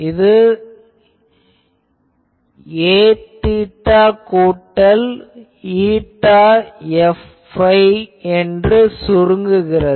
இது Aθ கூட்டல் ηFϕ என்று சுருங்குகிறது